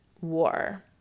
war